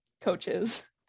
coaches